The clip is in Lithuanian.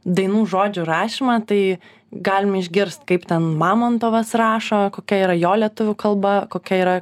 dainų žodžių rašymą tai galime išgirst kaip ten mamontovas rašo kokia yra jo lietuvių kalba kokia yra